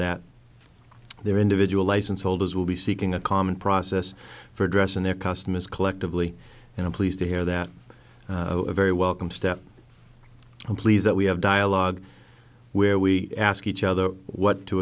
that their individual license holders will be seeking a common process for addressing their customers collectively and i'm pleased to hear that a very welcome step i'm pleased that we have dialogue where we ask each other what to